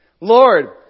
Lord